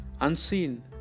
Unseen